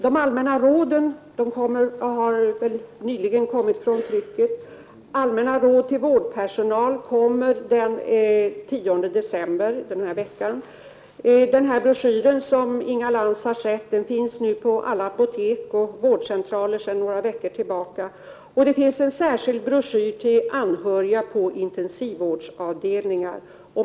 De allmänna råden har nyligen kommit från trycket. Allmänna råd till vårdpersonal kommer den 10 december, dvs. den här veckan. Den broschyr som Inga Lantz har sett finns sedan några veckor på alla apotek och vårdcentraler, och det finns en särskild broschyr för anhöriga på intensivvårdsavdelningar.